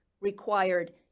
required